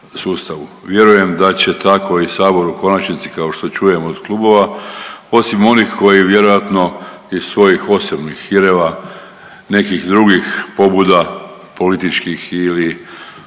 Vjerujem da će tako i sabor u konačnici kao što čujem od klubova osim onih koji vjerojatno iz svojih osobnih hireva, nekih drugih pobuda političkih ili